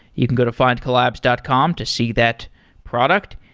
you can go to findcollabs dot com to see that product.